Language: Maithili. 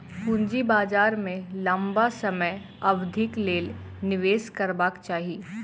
पूंजी बाजार में लम्बा समय अवधिक लेल निवेश करबाक चाही